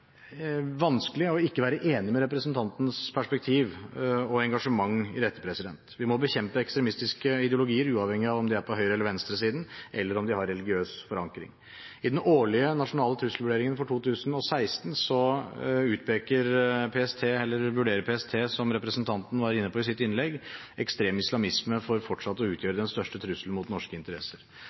vanskelig ikke å være enig med representantens perspektiv og engasjement når det gjelder dette. Vi må bekjempe ekstremistiske ideologier uavhengig av om de er på høyresiden eller på venstresiden, eller om de har religiøs forankring. I den årlige nasjonale trusselvurderingen for 2016 vurderer PST, som representanten var inne på i sitt innlegg, ekstrem islamisme til fortsatt å utgjøre den største trusselen mot norske interesser,